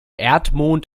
erdmond